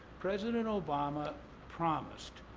president obama promised.